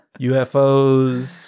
UFOs